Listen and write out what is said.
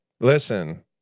Listen